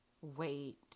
wait